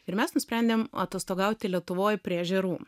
ir mes nusprendėm atostogauti lietuvoj prie ežerų